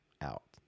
out